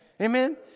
Amen